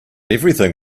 everything